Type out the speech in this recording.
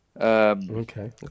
Okay